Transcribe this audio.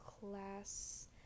class